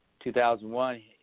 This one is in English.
2001